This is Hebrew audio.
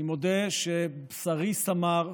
אני מודה שבשרי סמר,